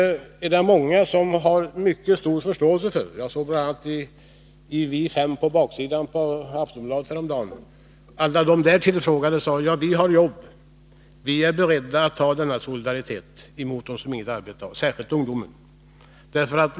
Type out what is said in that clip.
Det är många som har mycket stor förståelse för detta. Jag såg bl.a. häromdagen på sista sidan i Aftonbladet, Vi 5, att alla som tillfrågades där sade: Vi har jobb, och vi är beredda till denna solidaritet mot dem som inget jobb har, särskilt ungdomen.